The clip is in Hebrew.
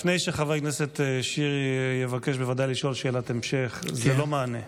לפני שחבר הכנסת שירי יבקש בוודאי לשאול שאלת המשך: זה לא מענה.